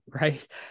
Right